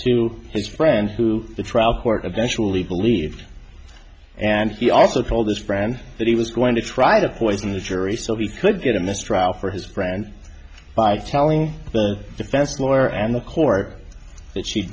to his friend who the trial court eventually believed and he also told his friend that he was going to try to poison the jury so he could get a mistrial for his friend by telling the defense lawyer and the court that she